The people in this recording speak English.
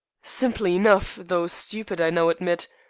simply enough, though stupid, i now admit.